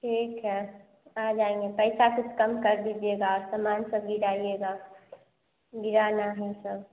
ठीक है आ जाएँगे पैसा कुछ कम कर दीजिएगा और सामान सब गिराइएगा गिराना है सब